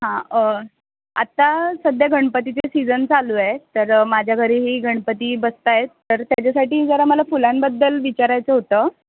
हां आता सध्या गणपतीचे सिजन चालू आहे तर माझ्या घरीही गणपती बसत आहेत तर त्याच्यासाठी जरा मला फुलांबद्दल विचारायचं होतं